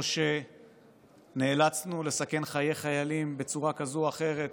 או שנאלצנו לסכן חיי חיילים בצורה כזאת או אחרת